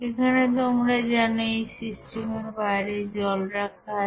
এখানে তোমরা জানো এই সিস্টেমের বাইরে জল রাখা আছে